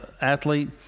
athlete